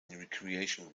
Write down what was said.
recreation